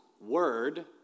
word